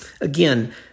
again